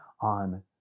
on